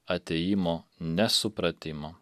atėjimo nesupratimo